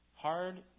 Hard